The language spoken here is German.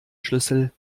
schlüssel